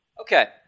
Okay